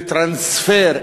וטרנספר,